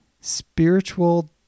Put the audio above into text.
spiritual